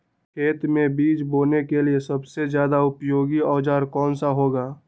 खेत मै बीज बोने के लिए सबसे ज्यादा उपयोगी औजार कौन सा होगा?